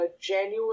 January